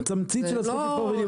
זה תמצית הזכות לבחור ולהיבחר.